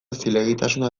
zilegitasuna